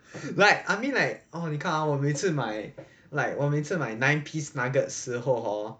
like I mean like oh 你看 ah 我每次买 like 我每次买 nine piece nuggets 时候 hor